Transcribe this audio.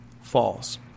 false